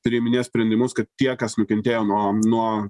priiminės sprendimus kad tie kas nukentėjo nuo nuo